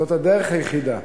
זאת הדרך היחידה.